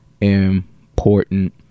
important